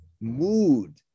mood